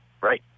Right